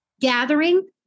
gathering